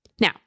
Now